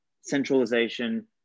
centralization